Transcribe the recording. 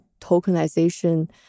tokenization